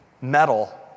Metal